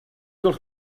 dels